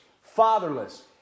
fatherless